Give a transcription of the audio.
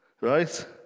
right